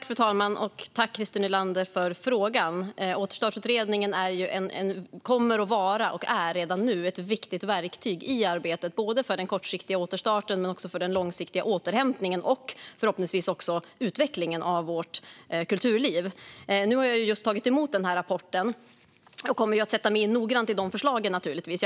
Fru talman! Tack, Christer Nylander, för frågan! Återstartsutredningen kommer att vara, och är redan nu, ett viktigt verktyg i arbetet för den kortsiktiga återstarten men också för den långsiktiga återhämtningen och förhoppningsvis också för utvecklingen av vårt kulturliv. Nu har jag just tagit emot rapporten. Jag kommer naturligtvis att noggrant sätta mig in i dessa förslag.